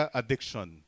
addiction